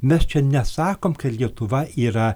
mes čia nesakom kad lietuva yra